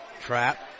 Trap